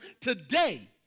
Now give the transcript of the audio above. today